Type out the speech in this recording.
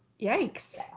Yikes